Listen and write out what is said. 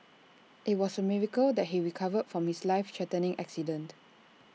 IT was A miracle that he recovered from his life threatening accident